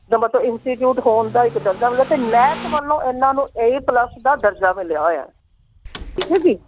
ਦਾ ਮਤਲਬ ਇੰਸਟੀਟਿਊਟ ਹੋਣ ਦਾ ਇੱਕ ਦਰਜਾ ਮਤਲਬ ਕਿ ਨੈਕ ਵੱਲੋਂ ਇਹਨਾਂ ਨੂੰ ਏ ਪਲੱਸ ਦਾ ਦਰਜਾ ਮਿਲਿਆ ਹੋਇਆ ਠੀਕ ਹੈ ਜੀ